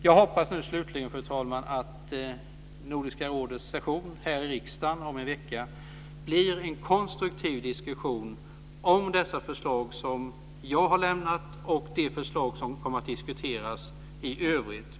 Jag hoppas slutligen, fru talman, att Nordiska rådets session här i riksdagen om en vecka blir en konstruktiv diskussion om det förslag som jag har lämnat och om de förslag som kommer att diskuteras i övrigt.